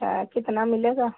अच्छा कितना मिलेगा